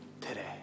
today